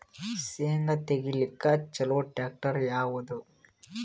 ಶೇಂಗಾ ತೆಗಿಲಿಕ್ಕ ಚಲೋ ಟ್ಯಾಕ್ಟರಿ ಯಾವಾದು?